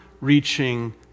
reaching